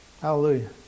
Hallelujah